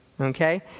Okay